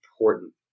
important